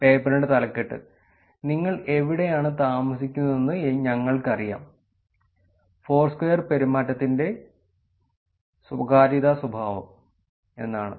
പേപ്പറിന്റെ തലക്കെട്ട് 'നിങ്ങൾ എവിടെയാണ് താമസിക്കുന്നതെന്ന് ഞങ്ങൾക്കറിയാം ഫോർസ്ക്വയർ പെരുമാറ്റത്തിന്റെ സ്വകാര്യത സ്വഭാവം' എന്നാണ്